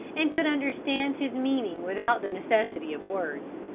and could understand his meaning without the necessity of words.